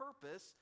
purpose